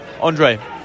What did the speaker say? Andre